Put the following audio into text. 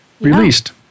released